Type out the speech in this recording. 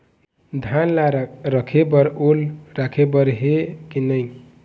धान ला रखे बर ओल राखे बर हे कि नई?